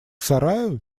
сараю